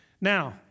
Now